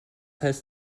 heißt